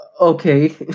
Okay